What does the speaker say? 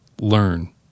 Learn